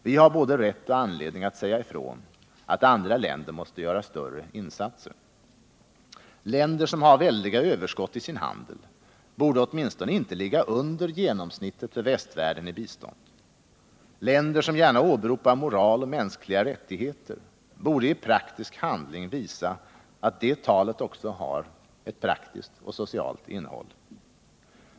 Vi har både rätt och anledning att säga ifrån att andra länder måste göra större insatser. Länder som har väldiga överskott i sin handel borde åtminstone inte ligga under genomsnittet för västvärlden i bistånd. Länder som gärna åberopar moral och mänskliga rättigheter borde i praktisk handling visa att det talet också har ett praktiskt och socialt innehåll.